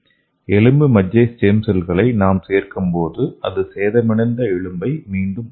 எலும்பு மஜ்ஜை ஸ்டெம் செல்களை நாம் சேர்க்கும் போது இது சேதமடைந்த எலும்பை மீண்டும் உருவாக்கும்